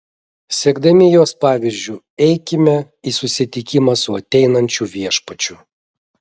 sekdami jos pavyzdžiu eikime į susitikimą su ateinančiu viešpačiu